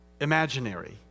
imaginary